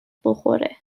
بخوره